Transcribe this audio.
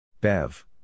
Bev